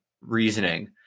reasoning